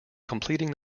completing